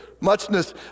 Muchness